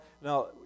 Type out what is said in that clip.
Now